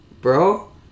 Bro